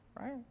right